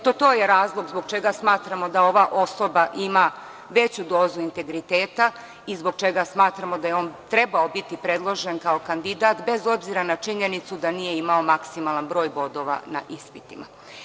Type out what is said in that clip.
To je razlog zbog čega smatramo da ova osoba ima veću dozu integriteta i zbog čega smatramo da je on trebao biti predložen kao kandidat, bez obzira na činjenicu da nije imao maksimalan broj bodova na ispitima.